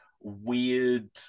weird